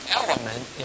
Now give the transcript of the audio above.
element